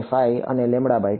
5 અને 10